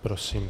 Prosím.